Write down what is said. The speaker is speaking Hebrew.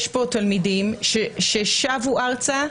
יש פה תלמידים ששבו ארצה.